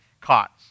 caught